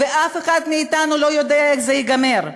ואף אחד מאתנו לא יודע איך זה ייגמר.